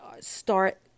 start